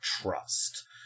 trust